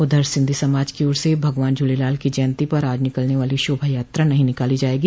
उधर सिंधी समाज की ओर से भगवान झूलेलाल की जयन्ती पर आज निकलने वाली शोभा यात्रा नहीं निकाली जायेगी